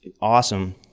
awesome